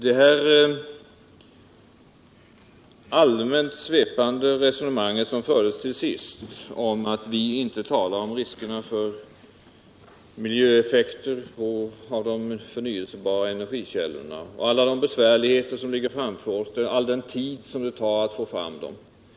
Till sist förde Lennart Pettersson ett allmänt svepande resonemang om att vi inte talar om riskerna för miljöeffekter när det gäller de förnyelsebara energikällorna, om alla de besvärligheter som ligger framför oss och om all den tid det tar att få fram de här nya energikällorna.